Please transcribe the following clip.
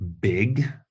big